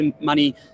money